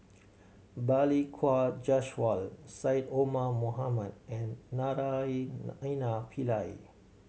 Balli Kaur Jaswal Syed Omar Mohamed and Naraina Pillai